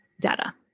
data